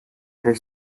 her